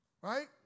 Right